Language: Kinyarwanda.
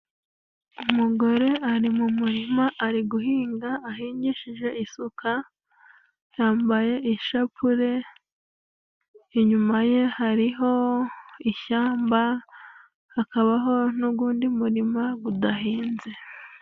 Umugore ari mu murima ari guhinga ahingishije isuka. Yambaye ishapure, inyuma ye hariho ishyamba hakabaho n'ugundi murima gudahinze.